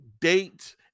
date